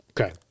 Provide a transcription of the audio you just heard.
Okay